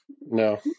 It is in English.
No